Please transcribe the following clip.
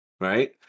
right